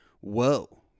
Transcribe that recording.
Whoa